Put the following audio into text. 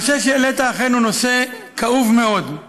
הנושא שהעלית הוא אכן נושא כאוב מאוד.